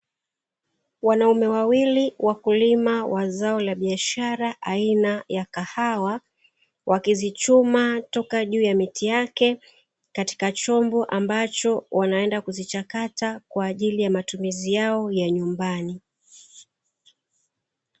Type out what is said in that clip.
Wanaume wawili wakulima wa zao la biashara aina ya kahawa, wakizichuma toka juu ya miti yake katika chombo ambacho wanaenda kuzichakata kwa ajili ya matumizi yao ya nyumbani.